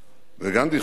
וגנדי חש,